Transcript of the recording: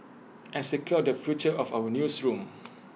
and secure the future of our newsroom